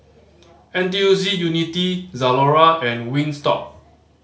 N T U C Unity Zalora and Wingstop